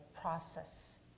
process